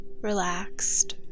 relaxed